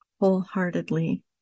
wholeheartedly